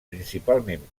principalment